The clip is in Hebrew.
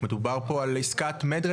מדובר פה על עסקת red med,